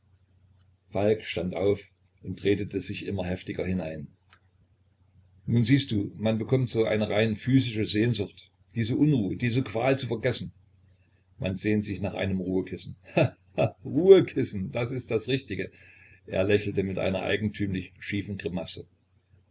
falk stand auf und redete sich immer heftiger hinein nun siehst du man bekommt so eine rein physische sehnsucht diese unruhe diese qual zu vergessen man sehnt sich nach einem ruhekissen he he ruhekissen das ist das richtige er lächelte mit einer eigentümlich schiefen grimasse